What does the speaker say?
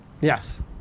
Yes